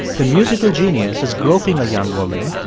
the musical genius is groping a young woman,